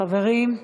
חברים,